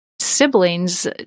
siblings